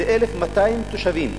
זה 1,200 תושבים,